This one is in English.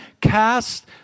cast